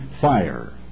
fire